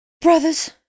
Brothers